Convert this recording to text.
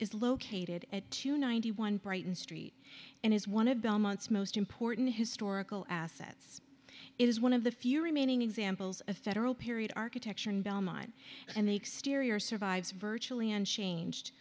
is located at two ninety one brighton street and is one of belmont's most important historical assets is one of the few remaining examples of federal period architecture in belmont and the exterior survives virtually unchanged